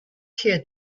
tear